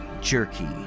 jerky